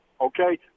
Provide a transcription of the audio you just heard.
Okay